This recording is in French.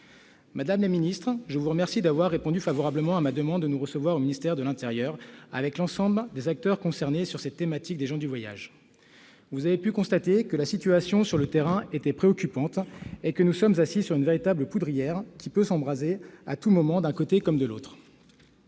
Madame la ministre, je vous remercie d'avoir répondu favorablement à ma demande de nous recevoir au ministère de l'intérieur avec l'ensemble des acteurs concernés par la thématique des gens du voyage. Vous avez pu constater que la situation sur le terrain était préoccupante et que nous sommes assis sur une véritable poudrière, qui peut s'embraser à tout moment, d'un côté comme de l'autre.